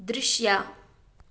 ದೃಶ್ಯ